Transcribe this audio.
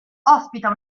ospita